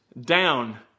down